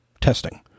testing